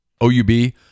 OUB